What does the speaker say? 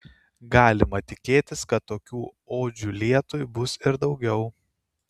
galima tikėtis kad tokių odžių lietui bus ir daugiau